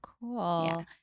cool